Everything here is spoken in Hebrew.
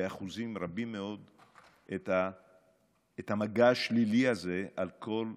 באחוזים רבים מאוד את המגע השלילי הזה על כל צורותיו.